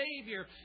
Savior